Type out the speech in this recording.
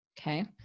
Okay